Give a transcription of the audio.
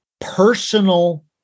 personal